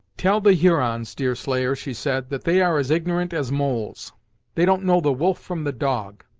tell the hurons, deerslayer, she said, that they are as ignorant as moles they don't know the wolf from the dog.